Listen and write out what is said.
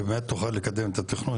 שבאמת תוכל לקדם את התכנון.